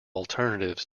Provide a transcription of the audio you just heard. alternatives